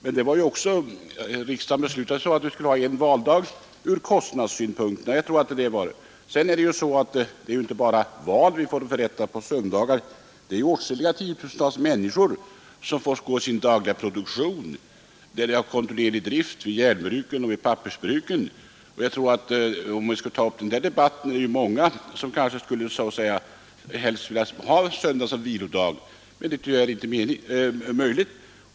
Men riksdagen beslutade att vi ur kostnadssynpunkt skulle ha en valdag. Sedan är det inte bara val som får förrättas på söndagar. Åtskilliga tiotusental människor får på söndagarna stå i sin dagliga sysselsättning, exempelvis vid järnbruken och pappersbruken där man har kontinuerlig drift. Om vi skulle ta upp den debatten skulle säkert många anföra att de helst vill ha söndagen som vilodag, men jag tror inte att det är möjligt.